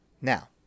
Now